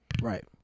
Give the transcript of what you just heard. Right